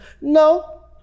no